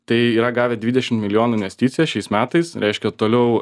tai yra gavę dvidešim milijonų investiciją šiais metais reiškia toliau